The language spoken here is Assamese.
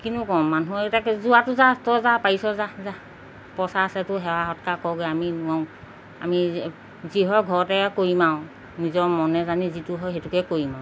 কিনো কওঁ মানুহে এতিয়া যোৱাতো যা তই যা পাৰিছ যা যা পইচা আছেতো সেৱা সৎকাৰ কৰগৈ আমি নোৱাৰো আমি যি হয় ঘৰতে কৰিম আৰু নিজৰ মনে জানি যিটো হয় সেইটোকে কৰিম আৰু